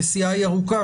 הנסיעה היא ארוכה,